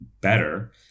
better